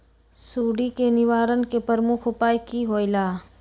सुडी के निवारण के प्रमुख उपाय कि होइला?